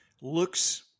looks